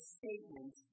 statement